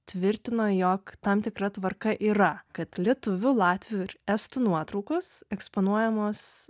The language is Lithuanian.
tvirtino jog tam tikra tvarka yra kad lietuvių latvių ir estų nuotraukos eksponuojamos